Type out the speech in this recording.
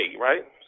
right